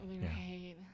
Right